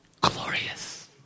glorious